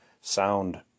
sound